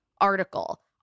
Article